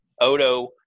Odo